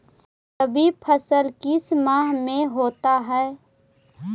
रवि फसल किस माह में होता है?